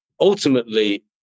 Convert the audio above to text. Ultimately